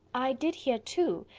i did hear, too,